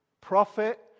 prophet